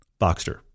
Boxster